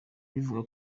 bivugwa